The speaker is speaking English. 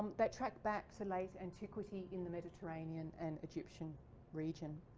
that track back to late antiquity in the mediterranean and egyptian region.